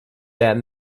that